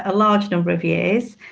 ah large number of years,